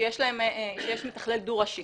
שיש להן מתכלל דו-ראשי.